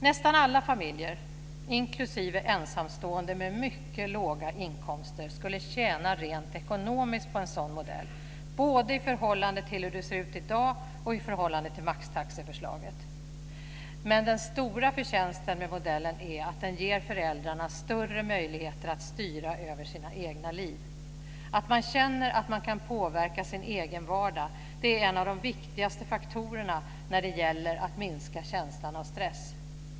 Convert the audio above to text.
Nästan alla familjer, inklusive ensamstående med mycket låga inkomster, skulle tjäna rent ekonomiskt på en sådan modell både i förhållande till hur det ser ut i dag och i förhållande till maxtaxeförslaget. Men den stora förtjänsten med modellen är att den ger föräldrarna större möjligheter att styra över sina egna liv. Att man känner att man kan påverka sin egen vardag är en av de viktigaste faktorerna när det gäller att minska känslan av stress.